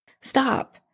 Stop